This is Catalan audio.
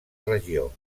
regió